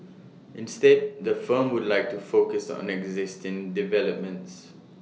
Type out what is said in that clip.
instead the firm would like to focus on existing developments